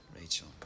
Rachel